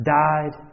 died